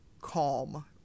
calm